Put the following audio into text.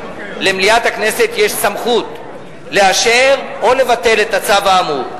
למליאת הכנסת יש סמכות לאשר או לבטל את הצו האמור,